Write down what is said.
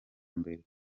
mbere